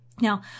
Now